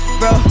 bro